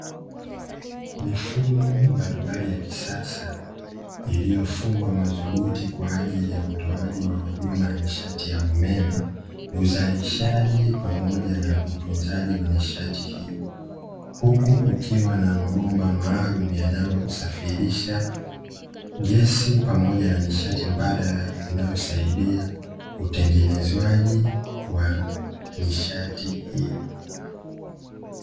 Mifumo mbalimbali ya kisasa iliyofumwa madhubuti kwaajili ya utoaji wa huduma ya nishati ya umeme, uzarishaji pamoja na utunzaji wa nishati hiyo huku kukiwa na mabomba maalumu yanayo safirisha gesi pamoja na nishati mbadala inayosaidia utengenezaji wa nishati hiyo.